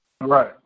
Right